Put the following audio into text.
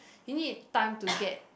you need time to get